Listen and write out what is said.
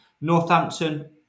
Northampton